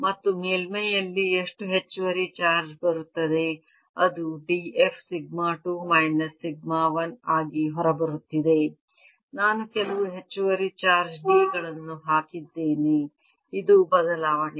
ಮತ್ತು ಮೇಲ್ಮೈಯಲ್ಲಿ ಎಷ್ಟು ಹೆಚ್ಚುವರಿ ಚಾರ್ಜ್ ಬರುತ್ತಿದೆ ಅದು d f sigma 2 minus sigma 1 ಆಗಿ ಹೊರಬರುತ್ತಿದೆ ನಾನು ಕೆಲವು ಹೆಚ್ಚುವರಿ ಚಾರ್ಜ್ d ಗಳನ್ನು ಹಾಕಿದ್ದೇನೆ ಇದು ಬದಲಾವಣೆ